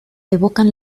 evocan